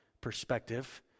perspective